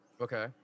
Okay